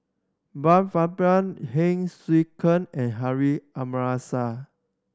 Brian Farrell Heng Swee Keat and Harun Aminurrashid